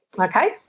Okay